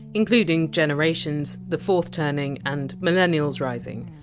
including generations, the fourth turning and millennials rising.